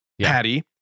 patty